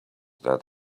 that